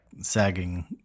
sagging